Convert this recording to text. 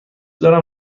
دارم